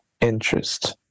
interest